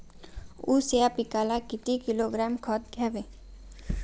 ऊस या पिकाला किती किलोग्रॅम खत द्यावे लागेल?